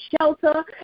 shelter